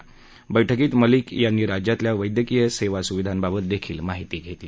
या बैठकीत मलिक यांनी राज्यातल्या वैद्यकीय सेवा सुविधांबाबतही माहिती घेतली